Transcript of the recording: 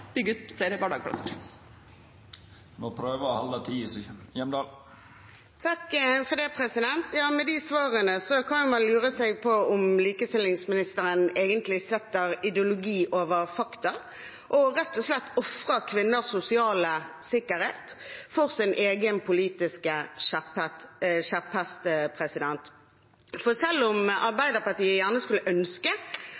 bygge ut flere barnehageplasser. Representanten må prøva å halda tida. Silje Hjemdal – til oppfølgingsspørsmål. Med de svarene kan man lure på om likestillingsministeren egentlig setter ideologi over fakta og rett og slett ofrer kvinners sosiale sikkerhet for sin egen politiske